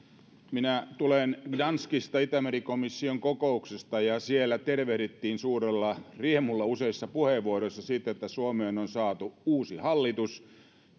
minä tulen gdanskista itämeri komission kokouksesta ja siellä tervehdittiin suurella riemulla useissa puheenvuoroissa sitä että suomeen on saatu uusi hallitus